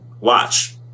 Watch